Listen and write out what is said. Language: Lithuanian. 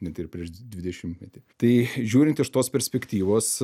net ir prieš dvidešimtmetį tai žiūrint iš tos perspektyvos